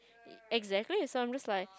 exactly so I'm just like